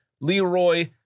Leroy